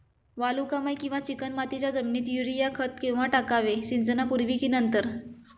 वालुकामय किंवा चिकणमातीच्या जमिनीत युरिया खत केव्हा टाकावे, सिंचनापूर्वी की नंतर?